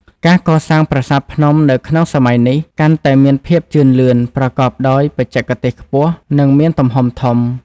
ការកសាងប្រាសាទភ្នំនៅក្នុងសម័យនេះកាន់តែមានភាពជឿនលឿន ប្រកប ដោយបច្ចេកទេសខ្ពស់ និង មានទំហំធំ។